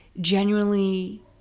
genuinely